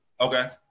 Okay